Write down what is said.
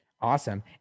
Awesome